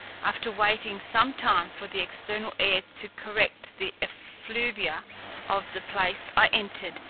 after waiting some time for the external air to correct the effluvia of the place, i entered,